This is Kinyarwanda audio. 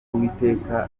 uwiteka